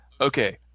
Okay